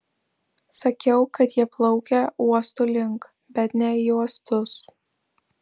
sakiau kad jie plaukia uostų link bet ne į uostus